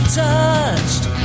touched